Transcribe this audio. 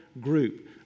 group